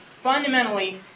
fundamentally